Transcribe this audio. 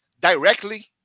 directly